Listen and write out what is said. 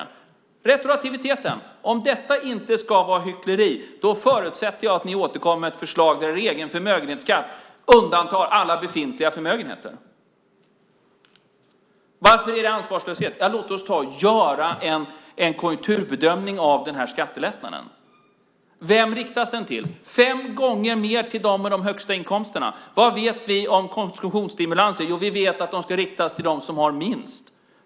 Om retroaktiviteten inte är hyckleri förutsätter jag att ni återkommer med ett förslag där er egen förmögenhetsskatt undantar alla befintliga förmögenheter. Varför är det ansvarslöst? Låt oss göra en konjunkturbedömning av denna skattelättnad. Vem riktas den till? Jo, fem gånger mer till dem med de högsta inkomsterna. Vad vi vet om konsumtionsstimulanser? Vi vet att de ska riktas till dem som har minst.